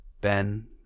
Ben